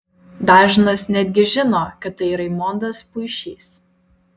dažnas netgi žino kad tai raimondas puišys